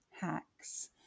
hacks